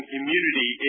immunity